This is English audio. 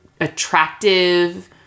attractive